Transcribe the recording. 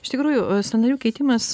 iš tikrųjų sąnarių keitimas